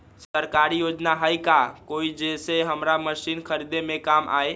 सरकारी योजना हई का कोइ जे से हमरा मशीन खरीदे में काम आई?